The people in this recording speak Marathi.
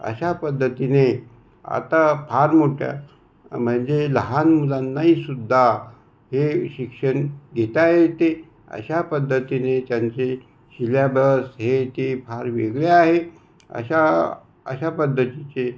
अशा पद्धतीने आता फार मोठ्या म्हणजे लहान मुलांनाहीसुद्धा हे शिक्षण घेता येते अशा पद्धतीने त्यांचे शिलॅबस हे ते फार वेगळे आहे अशा अशा पद्धतीचे